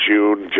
June